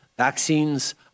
Vaccines